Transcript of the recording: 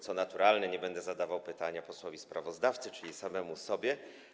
Co naturalne, nie będę zadawał pytania posłowi sprawozdawcy, czyli samemu sobie.